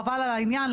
חבל על העניין,